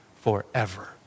forever